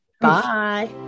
Bye